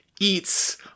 eats